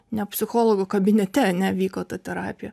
ne psichologo kabinete ane vyko ta terapija